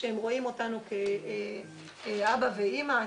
שהם רואים אותנו כאבא ואמא,